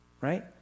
right